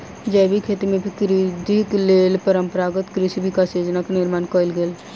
जैविक खेती में वृद्धिक लेल परंपरागत कृषि विकास योजना के निर्माण कयल गेल